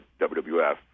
WWF